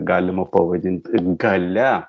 galima pavadint galia